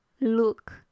look